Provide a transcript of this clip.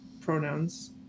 Pronouns